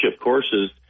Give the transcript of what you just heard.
courses